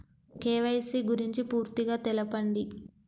KYC గురించి పూర్తిగా తెలపండి?